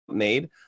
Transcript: made